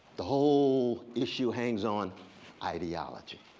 the whole issue hangs on ideology.